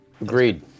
Agreed